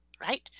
right